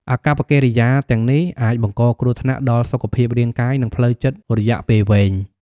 អាកប្បកិរិយាទាំងនេះអាចបង្កគ្រោះថ្នាក់ដល់សុខភាពរាងកាយ និងផ្លូវចិត្តរយៈពេលវែង។